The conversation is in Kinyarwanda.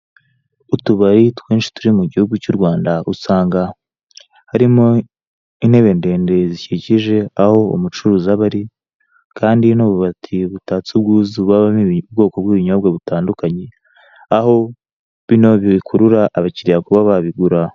Utubari twinshi turi mu gihugu cy'u Rwanda, usanga karimo intebe ndende zikikije aho umucuruzi aba ari kandi n'ububati butatse ubwuzu bubamo ubwoko bw'ibinyobwa butandukanye, aho bino bikurura abakiliya kuba babigura.